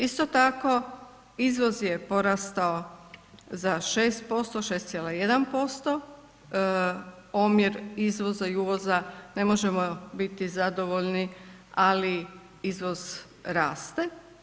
Isto tako izvoz je porastao za 6%, 6,1%, omjer izvoza i uvoza ne možemo biti zadovoljni ali izvoz raste.